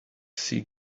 sea